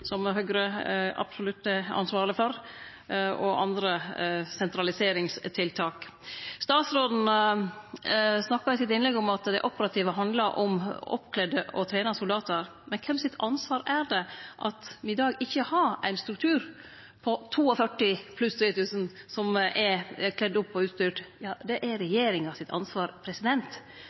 som Høgre absolutt er ansvarleg for, og andre sentraliseringstiltak. Statsråden snakka i sitt innlegg om at det operative handlar om oppkledde og trena soldatar. Men kven sitt ansvar er det at me i dag ikkje har ein struktur på 42 000 – pluss 3 000 – som er kledd opp og utstyrt? Jo, det er regjeringa sitt ansvar.